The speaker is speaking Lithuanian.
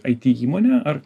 it įmonę ar